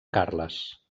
carles